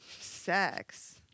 sex